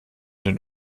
den